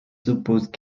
s’opposent